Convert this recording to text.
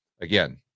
Again